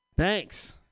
Thanks